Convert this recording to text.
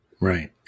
Right